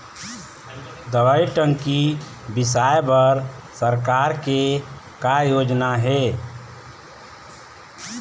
दवई टंकी बिसाए बर सरकार के का योजना हे?